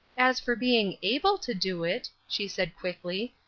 as for being able to do it, she said, quickly,